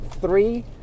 three